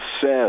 says